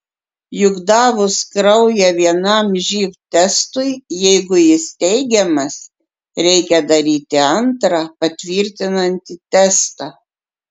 juk davus kraują vienam živ testui jeigu jis teigiamas reikia daryti antrą patvirtinantį testą